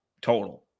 total